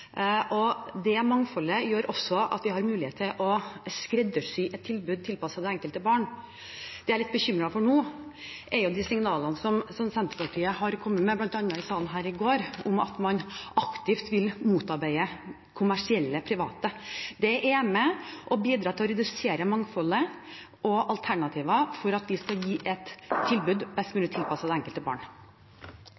Det mangfoldet gjør at vi har mulighet til å skreddersy et tilbud tilpasset det enkelte barn. Det jeg er litt bekymret for nå, er de signalene som Senterpartiet har kommet med, bl.a. i salen her i går, om at man aktivt vil motarbeide kommersielle private. Det er med på å bidra til å redusere mangfoldet og alternativer for at vi skal kunne gi et tilbud